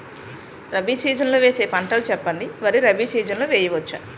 Rabi season లో వేసే పంటలు చెప్పండి? వరి రబీ సీజన్ లో వేయ వచ్చా?